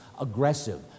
Aggressive